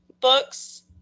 books